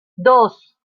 dos